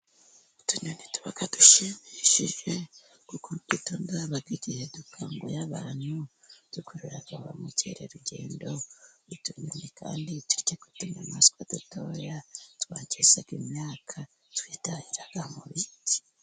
Utunyoni tuba dushimishije kuko twitonda, hakaba igihe dukanguye abantu. Dukurura ba mukerarugendo utunyoni kandi turi mu tunyamaswa dutoya twangiza imyaka, twitahira mu biti.